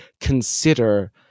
consider